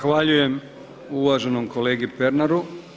Zahvaljujem uvaženom kolegi Pernaru.